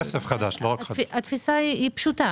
התפיסה היא פשוטה